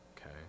okay